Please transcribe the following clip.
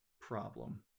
problem